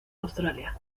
australia